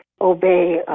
obey